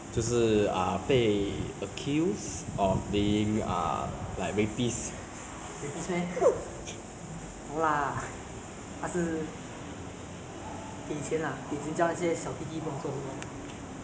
ya so basically he's gay ah he go and find young boys you know to ah bribe them with ah money and then ask them to do some ah sexual flavours